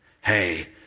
Hey